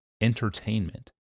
entertainment